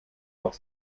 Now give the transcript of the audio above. auf